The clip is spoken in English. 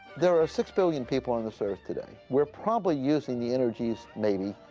there are six billion people on this earth today. we're probably using the energies, maybe,